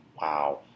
wow